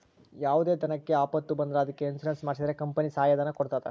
ಯಾವುದೇ ದನಕ್ಕೆ ಆಪತ್ತು ಬಂದ್ರ ಅದಕ್ಕೆ ಇನ್ಸೂರೆನ್ಸ್ ಮಾಡ್ಸಿದ್ರೆ ಕಂಪನಿ ಸಹಾಯ ಧನ ಕೊಡ್ತದ